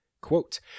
quote